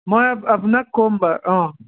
মই আপোনাক ক'ম বাৰু অ